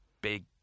big